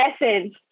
essence